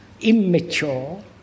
immature